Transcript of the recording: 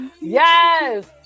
Yes